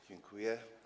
Dziękuję.